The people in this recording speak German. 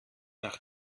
nach